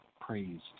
praised